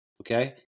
Okay